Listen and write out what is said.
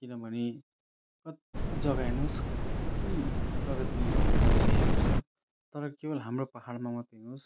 किनभने कत्ति जग्गा हेर्नुहोस् कत्ति प्रगति भइसकेको छ तर केवल हाम्रो पहाडमा मात्र हेर्नुहोस्